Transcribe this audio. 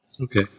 Okay